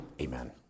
amen